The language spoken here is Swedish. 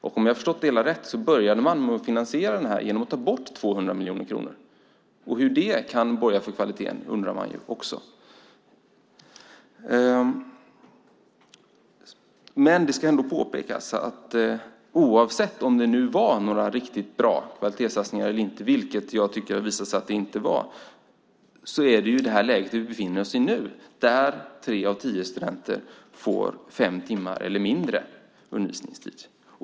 Om jag har förstått det hela rätt började man med att finansiera det genom att ta bort 200 miljoner kronor. Hur det kan borga för kvalitet undrar man också. Det ska ändå påpekas att oavsett om det nu var några riktigt bra kvalitetssatsningar eller inte, vilket jag tycker att det har visat sig att det inte var, är det det läge vi nu befinner oss i, att tre av tio studenter får fem timmar eller mindre undervisningstid.